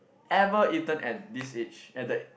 ever eaten at this age at the